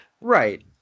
Right